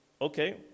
Okay